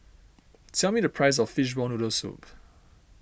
tell me the price of Fishball Noodle Soup